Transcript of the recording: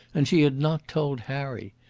and she had not told harry!